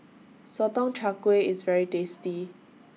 Sotong Char Kway IS very tasty